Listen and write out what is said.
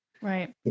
right